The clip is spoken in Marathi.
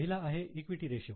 पहिला आहे इक्विटी रेशियो